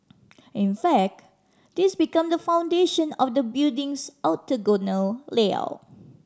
in fact this became the foundation of the building's octagonal layout